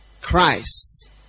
Christ